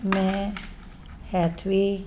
ਮੈਂ ਹੈਥਵੇ